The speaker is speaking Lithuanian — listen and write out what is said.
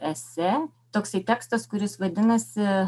esė toksai tekstas kuris vadinasi